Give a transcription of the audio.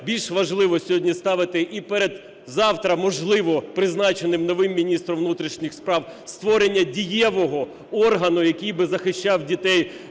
більш важливо сьогодні ставити і перед завтра, можливо, призначеним новим міністром внутрішніх справ створення дієвого органу, який би захищав дітей